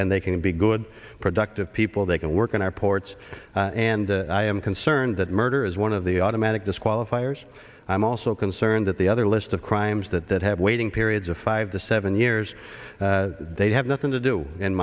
and they can be good productive people they can work in our ports and i am concerned that murder is one of the automatic disqualifiers i'm also concerned that the other list of crimes that that have waiting periods of five to seven years they have nothing to do in